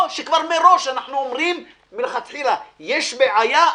או שאנחנו כבר אומרים מלכתחילה: יש בעיה,